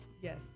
Yes